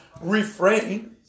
Refrain